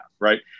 Right